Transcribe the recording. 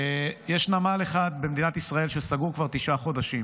יש נמל אחד במדינת ישראל שסגור כבר תשעה חודשים,